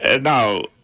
Now